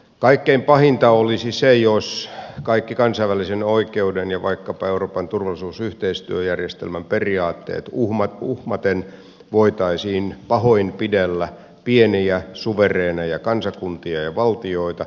kaikkein pahinta olisi se jos kaikkia kansainvälisen oikeuden ja vaikkapa euroopan turvallisuusyhteistyöjärjestelmän periaatteita uhmaten voitaisiin pahoinpidellä pieniä suvereenejä kansakuntia ja valtioita